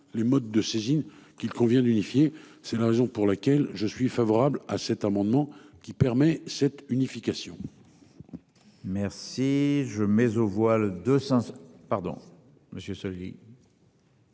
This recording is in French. les modes de saisine qu'il convient d'unifier. C'est la raison pour laquelle je suis favorable à cet amendement qui permet cette unification.